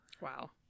Wow